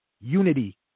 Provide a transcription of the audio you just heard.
unity